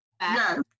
yes